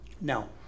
now